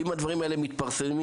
ואם הדברים האלה מתפרסמים,